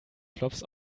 flops